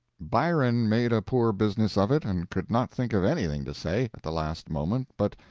byron made a poor business of it, and could not think of anything to say, at the last moment but,